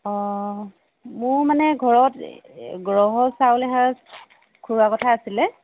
অঁ মোৰ মানে ঘৰত গ্ৰহ চাউল এসাঁজ খোৱা কথা আছিলে